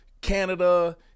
Canada